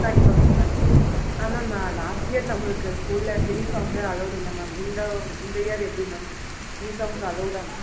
கண்டிப்பாக மேம் கண்டிப்பாக மேம் ஆ மேம் நான் லாஸ்ட் இயர் நம்மளுக்கு ஸ்கூல்ல சினி சாங்ஸ்ஸே அலவுடு இல்லை மேம் இந்த இந்த இயர் எப்படி மேம் சினி சாங்க்ஸ் அலவுடா மேம்